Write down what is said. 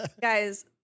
Guys